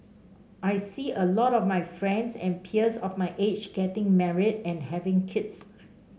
I see a lot of my friends and peers of my age getting married and having kids